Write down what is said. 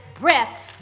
breath